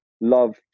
love